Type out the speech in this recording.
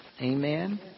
Amen